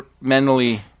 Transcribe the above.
mentally